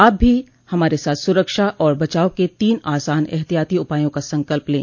आप भी हमारे साथ सुरक्षा और बचाव के तीन आसान एहतियाती उपायों का संकल्प लें